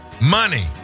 Money